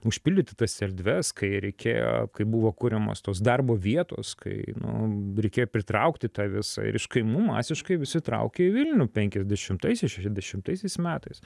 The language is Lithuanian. užpildyti tas erdves kai reikėjo kai buvo kuriamos tos darbo vietos kai nu reikėjo pritraukti tą visą ir iš kaimų masiškai visi traukė į vilnių penkiasdešimtaisiais ir šešiasdešimtaisiais metais